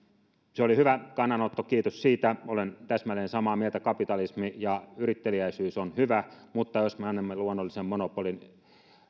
se oli hyvä kannanotto kiitos siitä olen täsmälleen samaa mieltä kapitalismi ja yritteliäisyys ovat hyvä asia mutta jos me annamme luonnollisen monopolin